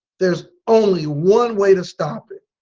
there's only one way to stop it.